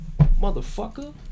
Motherfucker